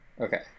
Okay